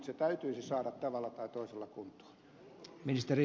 se täytyisi saada tavalla tai toisella kuntoon